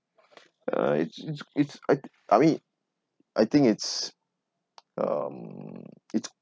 uh it's it's I I mean I think it's um it's